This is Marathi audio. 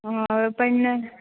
हाे पण